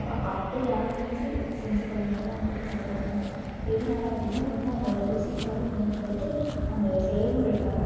அப்படி ஆரம்பித்து செஞ்சுப் பழகுனதுதான் வந்துட்டு தான் சக்கரை பொங்கல் எதனால அப்படினால் ஒன்று அதோட ருசிக்காக இன்னொன்று வந்துட்டு அந்த செயல்முறைக்காக